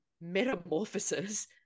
*Metamorphosis*